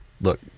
look